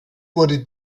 wurde